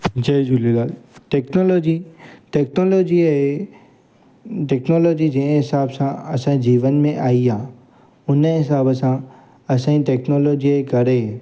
जय Jhulelal technology टेक्नोलॉजीअ जे technology जंहिं हिसाब सां असांजे जीवन में आई आहे हुन हिसाब सां असांजे टेक्नोलॉजीअ जे करे